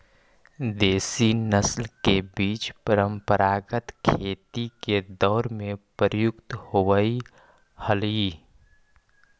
देशी नस्ल के बीज परम्परागत खेती के दौर में प्रयुक्त होवऽ हलई